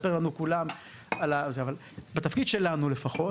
אבל בתפקיד שלנו לפחות,